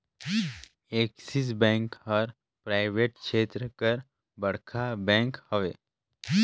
axis Bank हर private छेत्र कर बड़खा बेंक हवे